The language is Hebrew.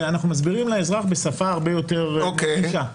אנחנו מסבירים לאזרח בשפה הרבה יותר נגישה.